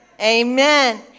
Amen